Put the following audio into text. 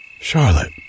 Charlotte